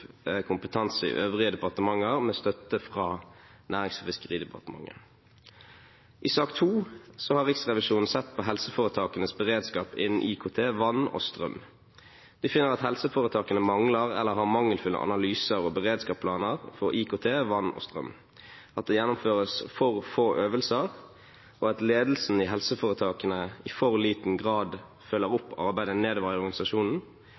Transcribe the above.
kompetanse i øvrige departementer, med støtte fra Nærings- og fiskeridepartementet. I sak 2 har Riksrevisjonen sett på helseforetakenes beredskap innen IKT, vann og strøm. De finner at helseforetakene mangler eller har mangelfulle analyser og beredskapsplaner for IKT, vann og strøm, at det gjennomføres for få øvelser, at ledelsen i helseforetakene i for liten grad følger opp arbeidet